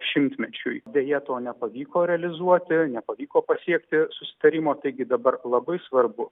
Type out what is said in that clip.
šimtmečiui deja to nepavyko realizuoti nepavyko pasiekti susitarimo taigi dabar labai svarbu